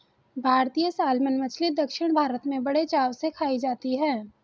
भारतीय सालमन मछली दक्षिण भारत में बड़े चाव से खाई जाती है